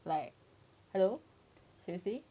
like hello seriously